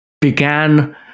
began